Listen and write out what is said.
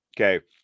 okay